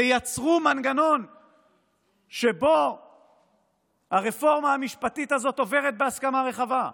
תייצרו מנגנון שבו הרפורמה המשפטית הזאת עוברת בהסכמה רחבה,